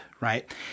right